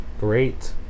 Great